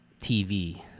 TV